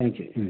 thank you ம்